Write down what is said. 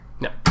No